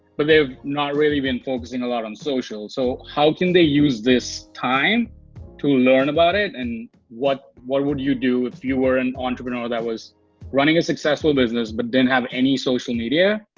but they've not really been focusing a lot on social, so how can they use this time to learn about it, and what what would you do if you were an entrepreneur that was running a successful business, but didn't have any social media?